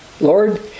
Lord